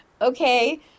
okay